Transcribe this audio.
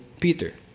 Peter